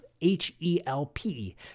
H-E-L-P